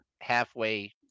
halfway